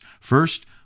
First